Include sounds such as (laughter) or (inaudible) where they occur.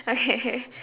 okay (laughs)